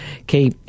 Okay